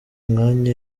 umwanya